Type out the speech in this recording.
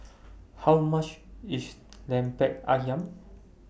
How much IS Lemper Ayam